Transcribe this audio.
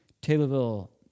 Taylorville